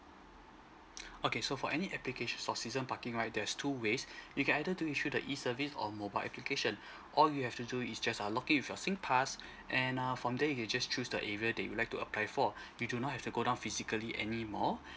okay so for any application for season parking right there's two ways you either do it through the e service or mobile application all you have to do is just uh login with your singpass and uh from there you can just choose the area that you like to apply for you do not have to go down physically any more